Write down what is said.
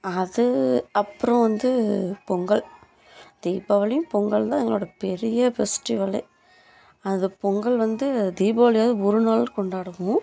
அது அப்றம் வந்து பொங்கல் தீபாவளியும் பொங்கல்தான் எங்களோடய பெரிய ஃபெஸ்டிவல் அது பொங்கல் வந்து தீபாவளியாவது ஒரு நாள் கொண்டாடுவோம்